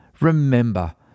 Remember